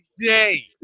day